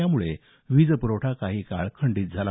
यामुळे वीजप्रवठा काही काळ खंडीत झाला